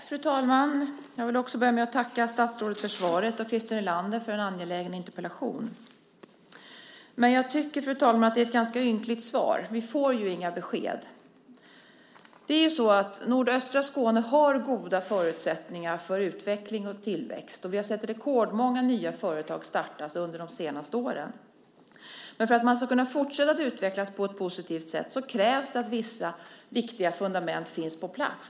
Fru talman! Jag vill börja med att tacka statsrådet för svaret och Christer Nylander för en angelägen interpellation. Men jag tycker att det är ett ganska ynkligt svar. Vi får ju inga besked. Nordöstra Skåne har goda förutsättningar för utveckling och tillväxt, och vi har sett rekordmånga nya företag startas under de senaste åren. Men för att man ska kunna fortsätta att utvecklas på ett positivt sätt krävs det att vissa viktiga fundament finns på plats.